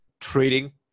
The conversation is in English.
trading